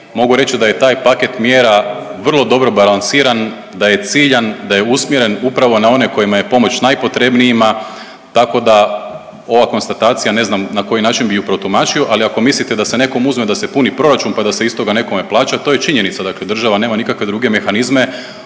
mogu reći da je taj paket mjera vrlo dobro balansiran, da je ciljan, da je usmjeren upravo na one kojima je pomoć najpotrebnijima tako da ova konstatacija ne znam na koji način bi ju protumačio. Ali ako mislite da se nekom uzme da se puni proračun pa da se iz toga nekome plaća, to je činjenica dakle država nema nikakve druge mehanizme